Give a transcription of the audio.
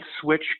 switch